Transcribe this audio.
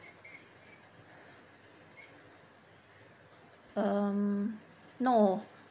um no